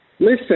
Listen